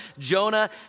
Jonah